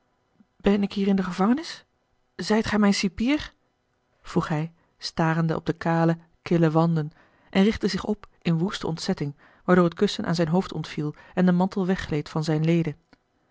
ben ik hier in de gevangenis zijt gij mijn cipier vroeg hij starende op de kale kille wanden en richtte zich op in woeste ontzetting waardoor het kussen aan zijn hoofd ontviel en de mantel weggleed van zijne leden